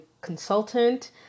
consultant